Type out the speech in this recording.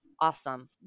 Awesome